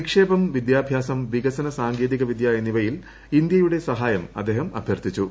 നീക്ഷേപം വിദ്യാഭ്യാസം വികസന സാങ്കേതികവിദ്യ എന്നിവയിൽ ഇന്ത്യുടെട സഹായം അദ്ദേഹം അഭ്യർഥിച്ചു